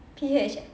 P_H